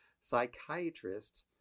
psychiatrists